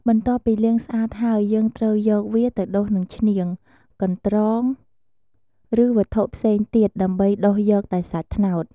បន្ទាប់ពីលាងស្អាតហើយ យើងត្រូវយកវាទៅដុសនឹង ឈ្នៀង កន្រ្តង ឬវត្ថុផ្សេងទៀត ដើម្បីដុសយកតែសាច់ត្នោត។